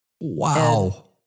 Wow